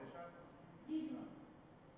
רק הדרישה היא דרישה